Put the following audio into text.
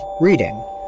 reading